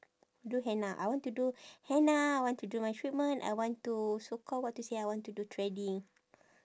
do henna I want to do henna I want to do my treatment I want to so call what to say I want to do threading